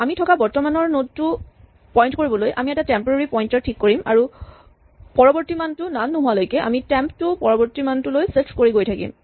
আমি থকা বৰ্তমানৰ নড টো পইন্ট কৰিবলৈ আমি এটা টেম্পৰেৰী পইন্টাৰ ঠিক কৰিম আৰু পৰৱৰ্তী মানটো নন নোহোৱালৈকে আমি টেম্প টো পৰৱৰ্তী মানটোলৈ ছিফ্ট কৰি গৈ থাকিম